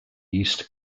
east